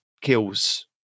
kills